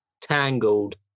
Tangled